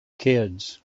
kids